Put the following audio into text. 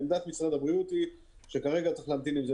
עמדת משרד הבריאות היא שכרגע צריך להמתין בזה